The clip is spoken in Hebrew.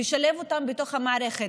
לשלב אותם בתוך המערכת.